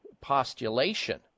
postulation